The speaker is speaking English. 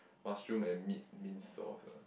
mushroom and meat minced sauce ah